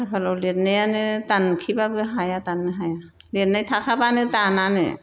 खाफालाव लिरनायानो दानखेब्लाबो दाननो हाया लिरनाय थाखाब्लानो दानानो